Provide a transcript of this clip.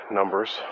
numbers